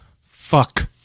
Fuck